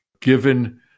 given